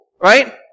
right